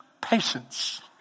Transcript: patience